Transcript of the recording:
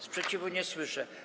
Sprzeciwu nie słyszę.